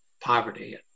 poverty